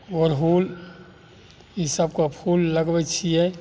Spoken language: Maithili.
अरहुल ई सभके फूल लगबै छियै